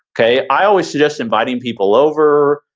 okay? i always suggest inviting people over,